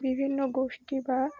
বিভিন্ন গোষ্ঠী বা